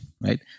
right